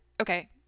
Okay